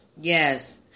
Yes